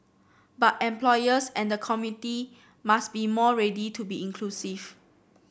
but employers and the committee must be more ready to be inclusive